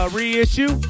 reissue